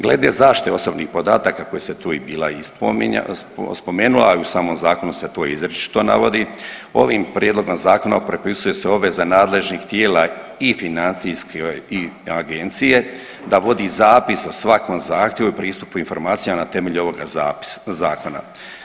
Glede zaštite osobnih podataka koji se tu bila i spomenula, a i u samom zakonu se to izričito navodi ovim prijedlogom zakona propisuje se obveza nadležnih tijela i financijske agencije da vodi zapis o svakom zahtjevu i pristupu informacija na temelju ovoga zakona.